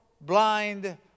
blind